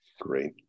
Great